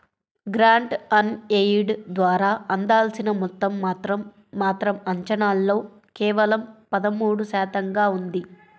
grant on aid ద్వారా అందాల్సిన మొత్తం మాత్రం మాత్రం అంచనాల్లో కేవలం పదమూడు శాతంగా ఉంది